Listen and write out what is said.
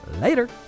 Later